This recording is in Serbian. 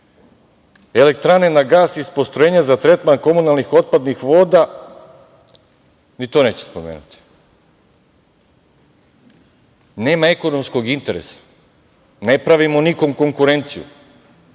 elektrane na gas iz postrojenja za tretman komunalnih otpadnih voda. Ni to neće spomenuti. Nema ekonomskog interesa, ne pravimo nikom konkurenciju.